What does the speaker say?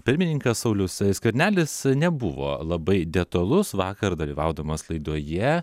pirmininkas saulius skvernelis nebuvo labai detalus vakar dalyvaudamas laidoje